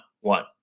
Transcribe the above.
one